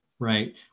Right